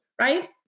right